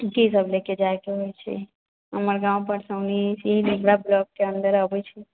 कीसब लयके जायके होइ छै हमर गाव परसौनी छी निबरा ब्लॉक के अन्तर्गत आबै छै